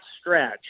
stretch